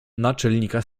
naczelnika